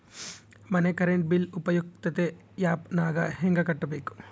ಮನೆ current bill ಉಪಯುಕ್ತತೆ app ನಾಗ ಹೆಂಗ ಕಟ್ಟಬೇಕು?